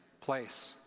place